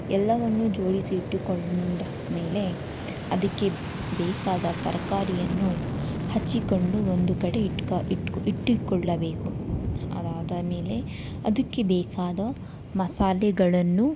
ಎಲ್ಲವನ್ನು ಜೋಡಿಸಿ ಇಟ್ಟುಕೊಂಡ ಮೇಲೆ ಅದಕ್ಕೆ ಬೇಕಾದ ತರಕಾರಿಯನ್ನು ಹೆಚ್ಚಿಕೊಂಡು ಒಂದು ಕಡೆ ಇಟ್ಕೋ ಇಟ್ಟುಕೊಳ್ಳಬೇಕು ಅದಾದ ಮೇಲೆ ಅದಕ್ಕೆ ಬೇಕಾದ ಮಸಾಲೆಗಳನ್ನು